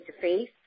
face